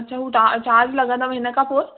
अचूं था चार्ज लॻंदव हिनखां पोइ